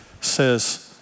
says